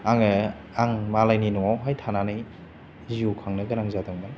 आङो आं मालायनि न'आवहाय थानानै जिउ खांनो गोनां जादोंमोन